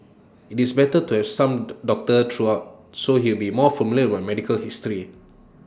IT is better to have some doctor throughout so he would be familiar with my medical history